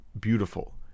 beautiful